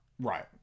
Right